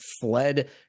fled